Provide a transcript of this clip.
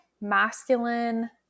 masculine